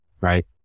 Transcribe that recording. right